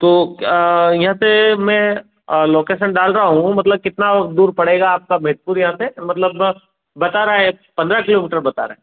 तो यहाँ से मैं लोकेसन डाल रहा हूँ मतलब कितना दूर पड़ेगा आपका मेधपुर यहाँ पर मतलब बता रहा है पन्द्रह किलोमीटर बता रहा है